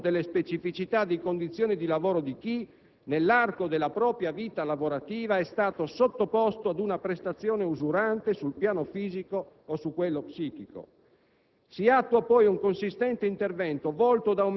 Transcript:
e ciò viene fatto in modo più graduale, tenendo conto delle specificità di condizione di lavoro di chi, nell'arco della propria vita lavorativa, è stato sottoposto ad una prestazione usurante sul piano fisico o su quello psichico.